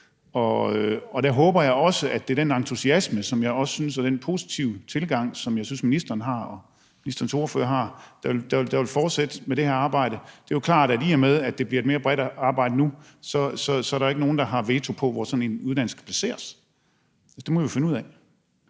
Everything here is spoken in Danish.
og jeg håber også, at det er den entusiasme og den positive tilgang, som jeg også synes at ministeren og ministerens ordfører har, der vil fortsætte det her arbejde. Det er jo klart, at der, i og med at det nu bliver et mere bredt arbejde, så er der ikke nogen, der har veto, i forhold til hvor sådan en uddannelse skal placeres. Det må vi jo finde ud af,